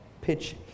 pitch